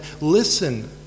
listen